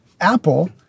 Apple